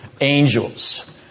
angels